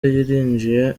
yarinjiye